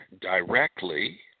directly